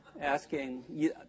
asking